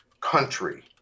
country